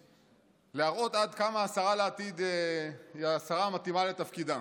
להראות עד כמה השרה לעתיד היא השרה המתאימה לתפקידה.